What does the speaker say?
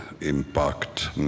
impact